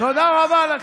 תודה רבה לכם.